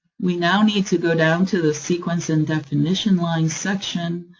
we now need to go down to the sequence and definition line section,